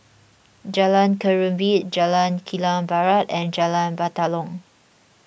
Jalan Ketumbit Jalan Kilang Barat and Jalan Batalong